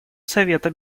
совета